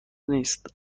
نیست